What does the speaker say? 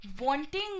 wanting